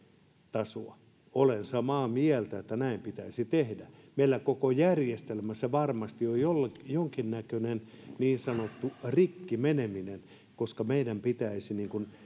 tasoa olen samaa mieltä että näin pitäisi tehdä meillä koko järjestelmässä varmasti on jonkinnäköinen niin sanottu rikki meneminen koska meidän pitäisi